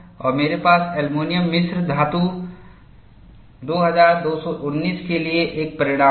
और मेरे पास एल्यूमीनियम मिश्र धातु 2219 के लिए एक परिणाम है